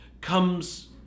comes